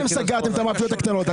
אתם סגרתם את המאפיות הקטנות,